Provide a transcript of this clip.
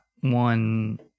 one